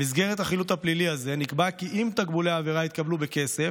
במסגרת החילוט הפלילי הזה נקבע כי אם תקבולי העבירה יתקבלו בכסף,